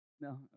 No